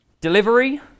Delivery